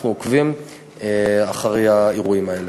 אנחנו עוקבים אחרי האירועים האלה.